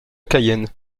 cayenne